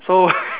so